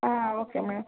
um okay madam